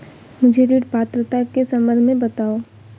मुझे ऋण पात्रता के सम्बन्ध में बताओ?